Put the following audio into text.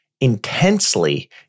intensely